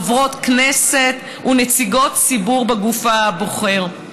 חברות כנסת ונציגות ציבור בגוף הבוחר.